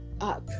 up